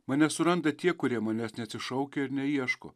mane suranda tie kurie manęs neatsišaukia ir neieško